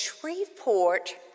Shreveport